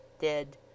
dead